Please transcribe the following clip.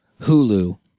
Hulu